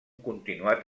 continuat